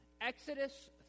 Exodus